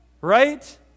Right